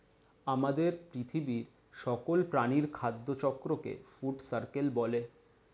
আমাদের পৃথিবীর সকল প্রাণীর খাদ্য চক্রকে ফুড সার্কেল বলা হয়